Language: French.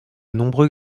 nombreux